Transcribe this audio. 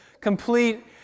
Complete